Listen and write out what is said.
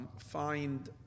find